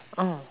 3